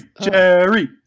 Jerry